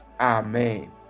Amen